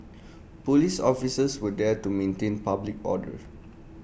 Police officers were there to maintain public order